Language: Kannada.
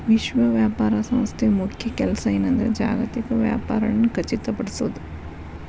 ವಿಶ್ವ ವ್ಯಾಪಾರ ಸಂಸ್ಥೆ ಮುಖ್ಯ ಕೆಲ್ಸ ಏನಂದ್ರ ಜಾಗತಿಕ ವ್ಯಾಪಾರನ ಖಚಿತಪಡಿಸೋದ್